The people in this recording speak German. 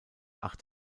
acht